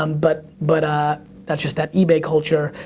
um but but ah that's just that ebay-culture.